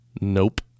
Nope